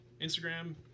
Instagram